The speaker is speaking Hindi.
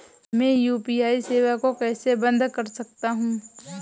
मैं अपनी यू.पी.आई सेवा को कैसे बंद कर सकता हूँ?